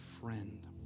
friend